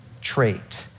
trait